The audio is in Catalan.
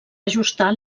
ajustar